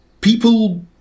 people